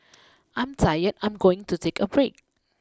I'm tired I'm going to take a break